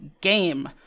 game